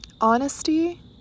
honesty